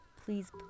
please